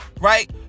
right